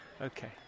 okay